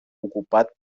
ocupat